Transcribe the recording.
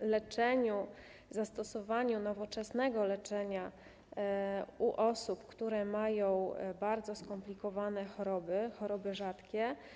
leczeniu, zastosowaniu nowoczesnego leczenia u osób, które cierpią na bardzo skomplikowane choroby, choroby rzadkie.